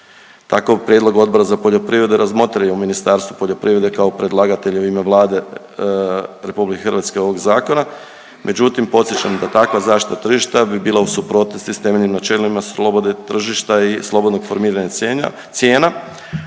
Takav prijedlog Odbora za poljoprivredu je razmotrio u Ministarstvu poljoprivrede kao predlagatelja u ime Vlade RH ovog zakona, međutim podsjećam da takva zaštita tržišta bi bila u suprotnosti s temeljnim načelima slobode tržišta i slobodnog formiranja cijena,